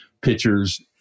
pitchers